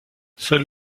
seul